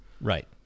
Right